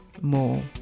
more